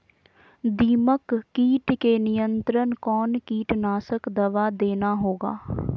दीमक किट के नियंत्रण कौन कीटनाशक दवा देना होगा?